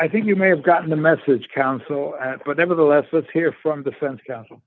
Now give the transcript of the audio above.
i think you may have gotten the message counsel but nevertheless let's hear from the fence counsel